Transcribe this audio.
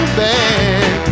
bad